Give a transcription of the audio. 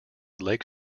lake